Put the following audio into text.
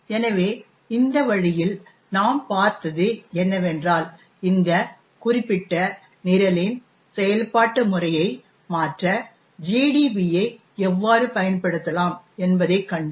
எனவே இந்த வழியில் நாம் பார்த்தது என்னவென்றால் இந்த குறிப்பிட்ட நிரலின் செயல்பாட்டு முறையை மாற்ற GDB ஐ எவ்வாறு பயன்படுத்தலாம் என்பதைக் கண்டோம்